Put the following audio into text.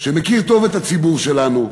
שמכיר טוב את הציבור שלנו,